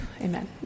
Amen